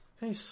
Hey